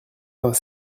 vingt